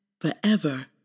forever